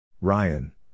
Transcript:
Ryan